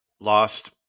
lost